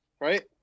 right